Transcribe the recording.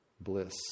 bliss